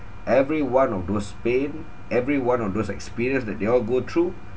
every one of those pain every one of those experience that they all go through